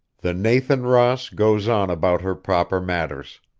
the nathan ross goes on about her proper matters.